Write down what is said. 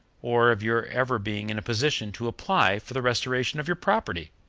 or of your ever being in a position to apply for the restoration of your property!